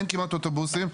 אין כמעט אוטובוסים,